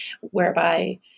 whereby